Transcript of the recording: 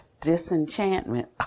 disenchantment